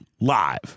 live